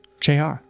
jr